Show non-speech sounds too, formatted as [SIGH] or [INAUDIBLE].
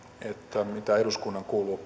mitä eduskunnan kuuluu [UNINTELLIGIBLE]